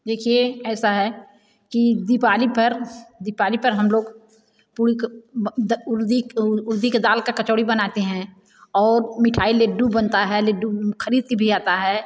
देखिए ऐसा है कि दीपाली पर दीपाली पर हम लोग पूड़ी उड़दी के दाल का कचौड़ी बनाते हैं और मिठाई लड्डू बनता है लड्डू खरीद के भी आता है